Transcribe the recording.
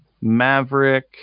Maverick